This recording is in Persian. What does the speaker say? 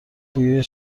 بوی